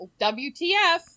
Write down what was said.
WTF